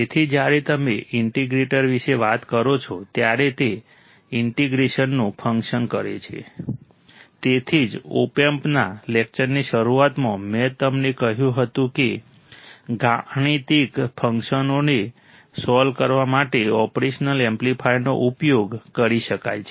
તેથી જ્યારે તમે ઇન્ટિગ્રેટર વિશે વાત કરો છો ત્યારે તે ઇન્ટિગ્રેશનનું ફંકશન કરે છે તેથી જ ઓપ એમ્પના લેક્ચરની શરૂઆતમાં મેં તમને કહ્યું હતું કે ગાણિતિક ફંકશનોને સોલ્વ કરવા માટે ઓપરેશનલ એમ્પ્લિફાયરનો ઉપયોગ કરી શકાય છે